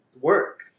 work